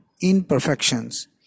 imperfections